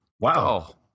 Wow